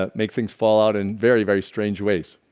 ah make things fall out in very very strange ways